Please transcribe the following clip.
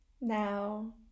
now